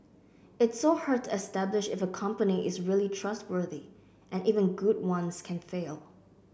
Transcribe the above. it's so hard to establish if a company is really trustworthy and even good ones can fail